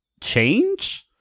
change